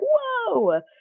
whoa